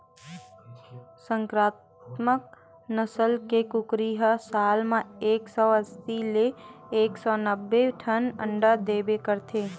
संकरामक नसल के कुकरी ह साल म एक सौ अस्सी ले एक सौ नब्बे ठन अंडा देबे करथे